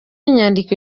inyandiko